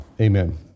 Amen